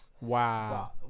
Wow